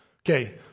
Okay